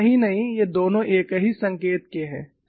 इतना ही नहीं ये दोनों एक ही संकेत के हैं